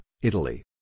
Italy